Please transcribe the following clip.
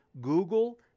Google